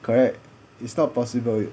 correct it's not possible